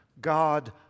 God